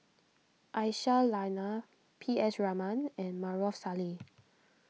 Aisyah Lyana P S Raman and Maarof Salleh